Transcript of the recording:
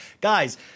Guys